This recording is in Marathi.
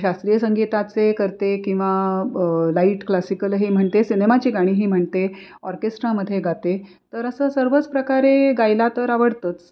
शास्त्रीय संगीताचे करते किंवा लाईट क्लासिकलही म्हणते सिनेमाची गाणीही म्हणते ऑर्केस्ट्रामध्ये गाते तर असं सर्वच प्रकारे गायला तर आवडतंच